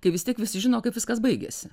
kai vis tiek visi žino kaip viskas baigėsi